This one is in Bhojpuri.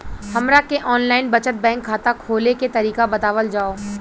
हमरा के आन लाइन बचत बैंक खाता खोले के तरीका बतावल जाव?